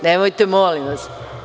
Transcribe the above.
Nemojte, molim vas.